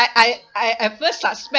I I I at first suspect